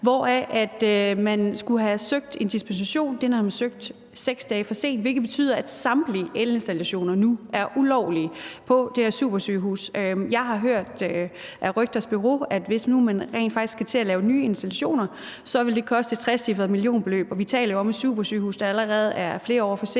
hvor man skulle have søgt om en dispensation. Den har man søgt om 6 dage for sent, hvilket betyder, at samtlige elinstallationer nu er ulovlige på det her supersygehus. Jeg har fra rygters bureau, at hvis man nu rent faktisk skal til at lave nye installationer, vil det koste et trecifret millionbeløb. Og vi taler om et supersygehus, der allerede er flere år forsinket,